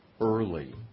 early